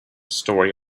story